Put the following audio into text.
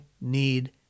need